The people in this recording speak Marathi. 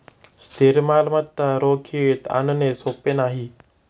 स्थिर मालमत्ता रोखीत आणणे सोपे नाही